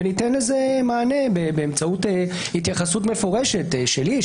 וניתן לזה מענה באמצעות התייחסות מפורשת שלי,